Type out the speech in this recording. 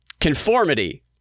Conformity